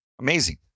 Amazing